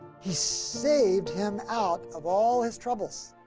he saved him out of all his troubles.